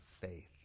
faith